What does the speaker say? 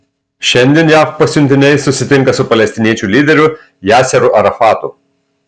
šiandien jav pasiuntiniai susitinka su palestiniečių lyderiu yasseru arafatu